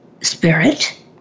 Spirit